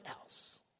else